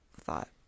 thought